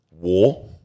war